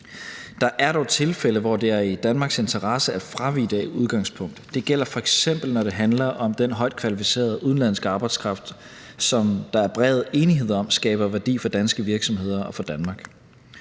Der er dog tilfælde, hvor det er i Danmarks interesse at fravige det udgangspunkt. Det gælder, når det f.eks. handler om den højt kvalificerede udenlandske arbejdskraft, som der er bred enighed om skaber værdi for danske virksomheder og for Danmark.